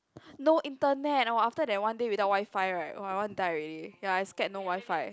no internet wa after that one day without WiFi right wa I want die already ya I scared no WiFi